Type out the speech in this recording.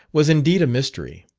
was indeed a mystery.